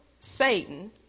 Satan